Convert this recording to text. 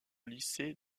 lycée